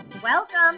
Welcome